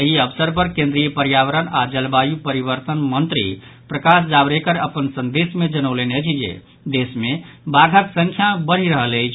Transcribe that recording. एहि अवसर पर केन्द्रीय पर्यावरण आओर जलवायु परिवर्तन मंत्री प्रकाश जावड़ेकर अपन संदेश मे जनौलनि अछि जे देश मे बाघक संख्या बढ़ि रहल अछि